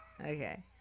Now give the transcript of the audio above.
Okay